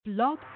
Blog